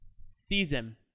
season